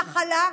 נחלה,